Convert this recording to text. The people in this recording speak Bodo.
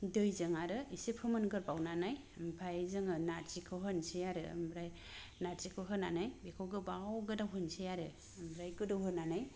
दैजों आरो एसे फोमोनगोरबावनानै आमफ्राय जोङो नारजिखौ होनोसै आरो आमफ्राय नारजिखौ होनानै बेखौ गोबाव गोदौ होनोसै आरो आमफ्राय गोदौ होनानै